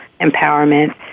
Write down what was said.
empowerment